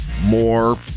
more